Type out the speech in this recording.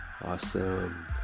awesome